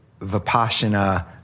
Vipassana